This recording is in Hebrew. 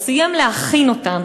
הוא סיים להכין אותן.